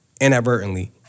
inadvertently